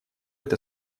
это